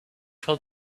told